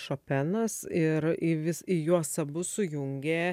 šopenas ir į vis į juos abu sujungė